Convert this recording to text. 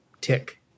tick